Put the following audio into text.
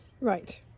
Right